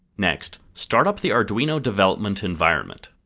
next, start up the arduino development environment.